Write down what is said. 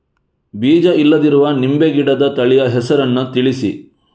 ಬೀಜ ಇಲ್ಲದಿರುವ ನಿಂಬೆ ಗಿಡದ ತಳಿಯ ಹೆಸರನ್ನು ತಿಳಿಸಿ?